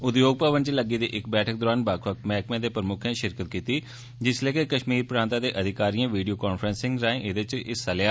उद्योग भवन च लग्गी दी इस बैठक दौरान बक्ख बक्ख मैह्कमें दे प्रमुक्खें षिरकत कीती जिसलै के कष्मीर प्रांता दे अधिकारिएं वीडियो कांफ्रेंस राएं एह्दे च हिस्सा लेया